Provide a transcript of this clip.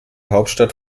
hauptstadt